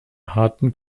harten